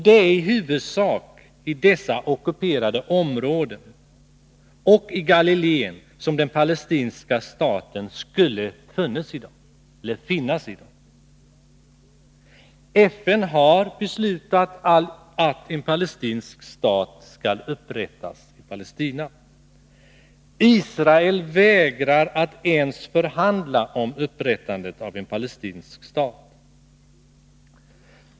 Det är i huvudsak i dessa ockuperade områden och i Galiléen som den palestinska staten skulle finnas i dag. FN har beslutat att en palestinsk stat skall upprättas i Palestina. Israel vägrar att ens förhandla om upprättandet av en palestinsk stat.